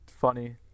funny